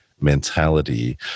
mentality